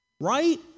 Right